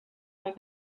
with